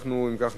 אם כך,